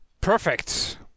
Perfect